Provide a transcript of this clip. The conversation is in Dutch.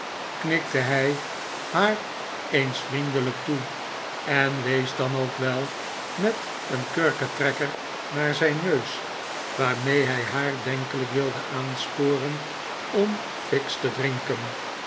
knikte hij haar eens vriendelijk toe en wees dan ook wel met een kurketrekker naar zijn neus waarmee hij haar denkelijk wilde aansporen om fiksch te drinken